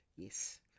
Yes